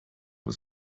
was